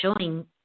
showing